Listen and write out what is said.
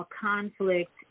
conflict